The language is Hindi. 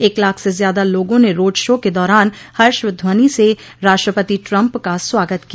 एक लाख से ज्यादा लोगों ने रोडशो के दौरान हर्षघ्वनि से राष्ट्रपति ट्रंप का स्वागत किया